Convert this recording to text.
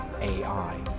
AI